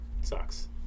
sucks